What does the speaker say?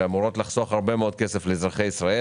ואמורות לחסוך הרבה מאוד כסף לאזרחי ישראל.